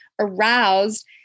aroused